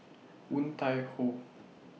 Woon Tai Ho